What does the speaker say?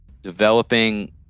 Developing